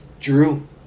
Drew